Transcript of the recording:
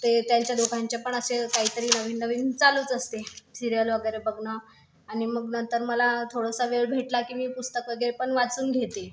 ते त्यांच्या दोघांच्या पण असे काहीतरी नवीननवीन चालूच असते सिरीयल वगैरे बघणं आणि मग नंतर मला थोडासा वेळ भेटला की मी पुस्तक वगैरे पण वाचून घेते